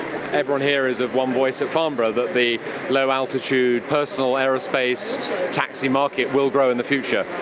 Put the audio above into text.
everyone here is of one voice at farnborough, that the low altitude personal aerospace taxi market will grow in the future,